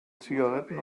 zigaretten